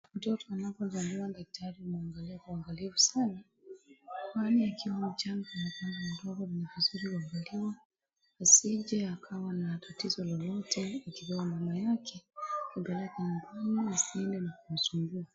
Mtoto anapozaliwa daktari anamwagalia kwa angalifu sana. Kwani akiwa mchanga unampenda mdogo ni vizuri kuangaliwa asije akawa na tatizo lolote akipewa mama yake. Mpeleka mbali asije aka msumbua.